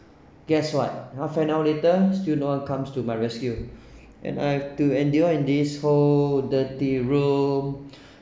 guess what half an hour later still no comes to my rescue and I have to endure in this so dirty room